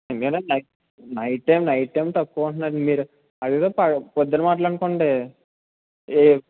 ఎందుకంటే night night time night time తక్కువ అండి మీరు అది ఏదో ప్రొద్దున మాట్లడుకోండి ఇ